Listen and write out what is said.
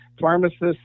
pharmacists